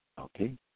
Okay